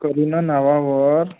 करिना नावावर